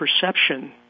perception